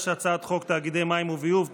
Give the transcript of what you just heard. חוק תאגידי מים וביוב (תיקון,